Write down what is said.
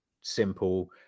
simple